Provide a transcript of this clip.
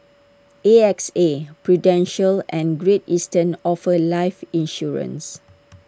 A X A prudential and great eastern offer life insurance